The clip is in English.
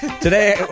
Today